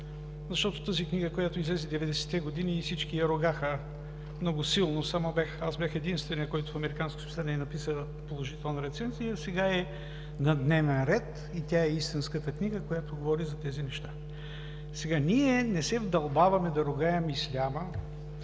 Защото тази книга, която излезе 90-те години и всички я ругаха много силно, само аз бях единственият, който в американско списание написа положителна рецензия, а сега е на дневен ред и тя е истинската книга, която говори за тези неща. Ние не се вдълбаваме да ругаем исляма,